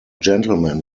gentleman